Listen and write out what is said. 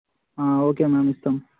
okay ma'am ఇస్తాము